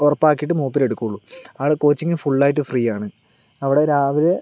ഉറപ്പാക്കിയിട്ട് മൂപ്പർ എടുക്കോളു അവിടെ കോച്ചിങ് ഫുള്ളായിട്ട് ഫ്രീ ആണ് അവിടെ രാവിലെ